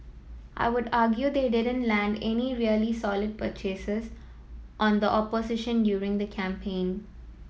I would argue they didn't land any really solid purchases on the opposition during the campaign